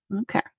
Okay